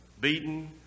Beaten